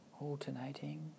alternating